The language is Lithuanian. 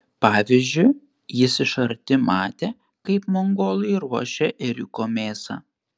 pavyzdžiui jis iš arti matė kaip mongolai ruošia ėriuko mėsą